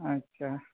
ᱟᱪᱷᱟ